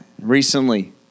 recently